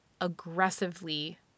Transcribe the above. aggressively